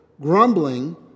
grumbling